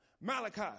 Malachi